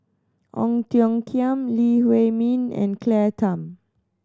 Ong Tiong Khiam Lee Huei Min and Claire Tham